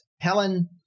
Helen